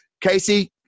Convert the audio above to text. Casey